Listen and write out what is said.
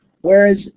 Whereas